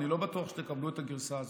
אני לא בטוח שתקבלו את הגרסה הזאת,